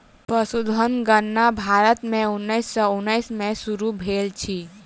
पशुधन गणना भारत में उन्नैस सौ उन्नैस में शुरू भेल अछि